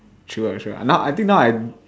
true ah true ah now I think now I